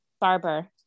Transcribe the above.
Barber